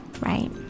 Right